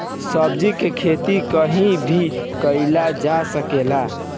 सब्जी के खेती कहीं भी कईल जा सकेला